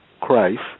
Christ